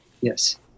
Yes